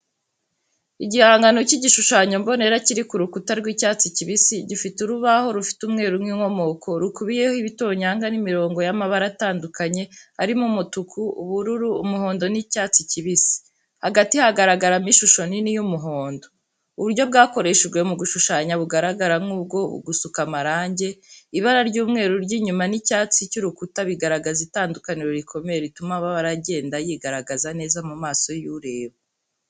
Igihangano cy'igishushanyo mbonera kiri ku rukuta rw’icyatsi kibisi. Gifite urubaho rufite umweru nk’inkomoko, rukubiyeho ibitonyanga n’imirongo y’amabara atandukanye arimo umutuku, ubururu, umuhondo, n’icyatsi kibisi. Hagati hagaragaramo ishusho nini y’umuhondo. Uburyo bwakoreshejwe mu gushushanya bugaragara nk’ubwo gusuka amarangi. Ibara ry’umweru ry’inyuma n’icyatsi cy’urukuta bigaragaza itandukaniro rikomeye rituma amabara agenda yigaragaza neza mu maso y’ureba.